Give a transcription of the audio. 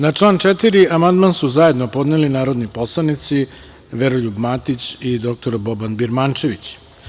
Na član 4. amandman su zajedno podneli narodni poslanici Veroljub Matić i dr Boban Birmančević.